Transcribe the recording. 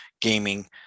gaming